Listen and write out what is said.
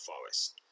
forest